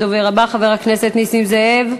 הדובר הבא, חבר הכנסת נסים זאב.